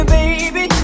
baby